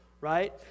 right